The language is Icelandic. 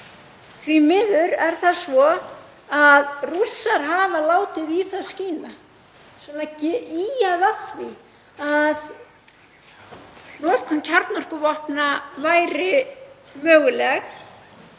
Því miður er það svo að Rússar hafa látið í það skína, ýjað að því, að notkun kjarnorkuvopna væri möguleg.